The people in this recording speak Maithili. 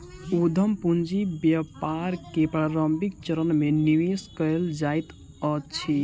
उद्यम पूंजी व्यापार के प्रारंभिक चरण में निवेश कयल जाइत अछि